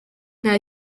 nta